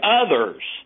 others